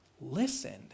Listened